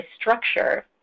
structure